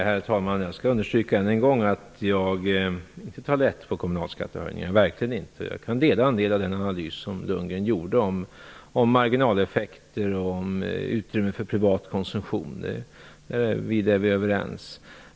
Herr talman! Jag skall än en gång understryka att jag inte tar lätt på kommunalskattehöjningar, verkligen inte. Jag kan dela en del av den analys som Bo Lundgren gjorde av marginaleffekter och av utrymme för privat konsumtion. Vi är därvid överens.